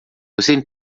você